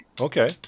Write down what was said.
Okay